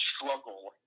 struggle